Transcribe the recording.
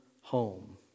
home